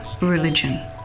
religion